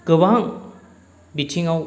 गोबां बिथिङाव